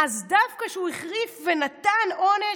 אז דווקא כשהוא החריף ונתן עונש,